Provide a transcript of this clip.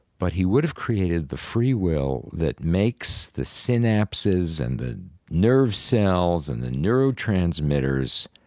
but he would have created the free will that makes the synapses and the nerve cells and the neurotransmitters,